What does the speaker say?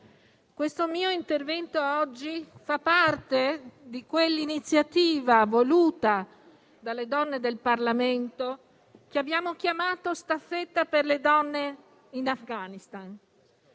questo mio intervento oggi fa parte di quell'iniziativa, voluta dalle donne del Parlamento, che abbiamo chiamato staffetta per le donne in Afghanistan.